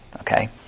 Okay